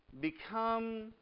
become